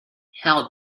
hell